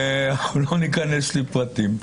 לא ניכנס לפרטים.